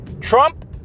Trump